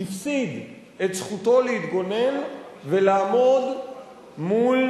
הפסיד את זכותו להתגונן ולעמוד מול